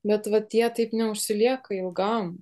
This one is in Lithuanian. bet va tie taip neužsilieka ilgam